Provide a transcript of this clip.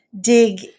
dig